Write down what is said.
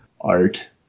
art